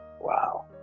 Wow